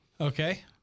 okay